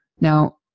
Now